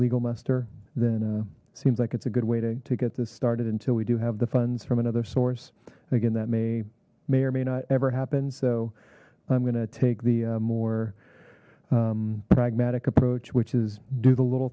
legal muster then seems like it's a good way to get this started until we do have the funds from another source again that may may or may not ever so i'm gonna take the more pragmatic approach which is do the little